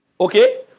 okay